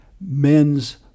men's